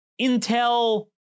intel